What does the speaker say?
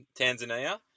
Tanzania